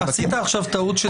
עשית עכשיו טעות של טירונים.